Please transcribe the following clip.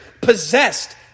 possessed